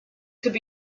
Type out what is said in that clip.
could